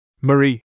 Marie